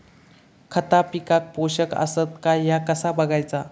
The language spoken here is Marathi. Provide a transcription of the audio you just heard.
खता पिकाक पोषक आसत काय ह्या कसा बगायचा?